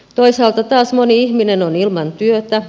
toisaalta taas moni ihminen on ilman työtä